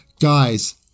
Guys